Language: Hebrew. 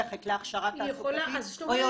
היא הולכת להכשרה תעסוקתית או היא